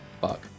fuck